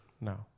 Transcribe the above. No